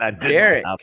Derek